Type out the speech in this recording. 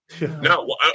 No